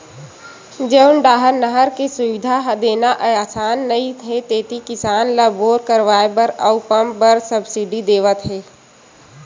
जउन डाहर नहर के सुबिधा देना असान नइ हे तेती किसान ल बोर करवाए बर अउ पंप बर सब्सिडी देवत हे